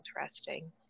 interesting